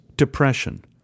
Depression